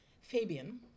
Fabian